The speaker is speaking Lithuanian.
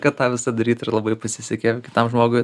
kad tą visą daryt ir labai pasisekė kitam žmogui